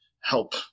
help